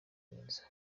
neza